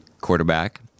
quarterback